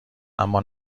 اما